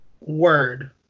word